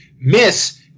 miss